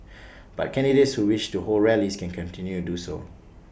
but candidates who wish to hold rallies can continue do so